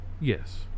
Yes